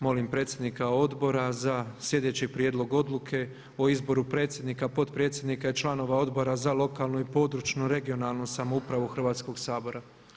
Molim predsjednika Odbora za sljedeći prijedlog odluke o izboru predsjednika, potpredsjednika i članova Odbora za lokalnu i područnu (regionalnu) samoupravu Hrvatskoga sabora.